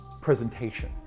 presentation